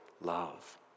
love